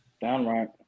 downright